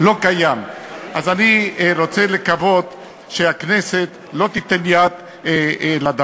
אני רוצה לבקש מהשרים: רבותי, אל תיתנו יד להחלטת